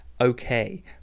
okay